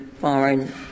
foreign —